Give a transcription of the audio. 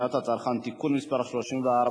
הצעת חוק הגנת הצרכן (תיקון מס' 34)